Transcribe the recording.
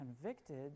convicted